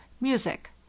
music